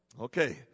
Okay